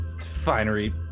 Finery